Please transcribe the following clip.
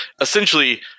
essentially –